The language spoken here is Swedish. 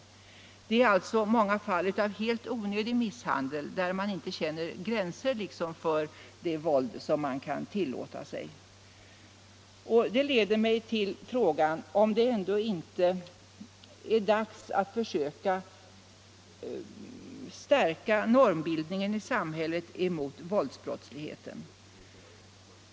Det förekommer alltså många fall av helt onödig misshandel, när man inte känner gränser för det våld som man kan tillåta sig, menar den här yrkesskolerektorn. Det leder mig till frågan om det ändå inte är dags att försöka stärka normbildningen i samhället emot våldsbrottsligheten.